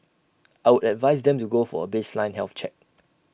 I would advise them to go for A baseline health check